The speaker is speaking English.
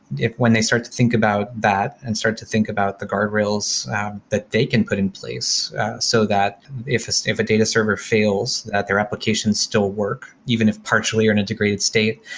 when they start to think about that and start to think about the guardrails that they can put in place so that if so if a data server fails, that their replication still work even if partially or an integrated state,